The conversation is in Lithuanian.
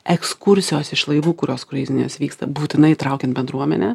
ekskursijos iš laivų kurios kruizinės vyksta būtinai įtraukiant bendruomenę